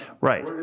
right